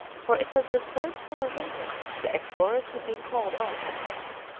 for it was the third polar winter the explorers had been called on to spend.